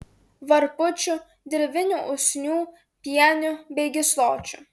varpučių dirvinių usnių pienių bei gysločių